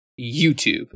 YouTube